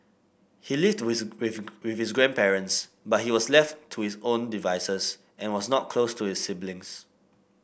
he lived with with with his grandparents but he was left to his own devices and was not close to his siblings